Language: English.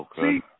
See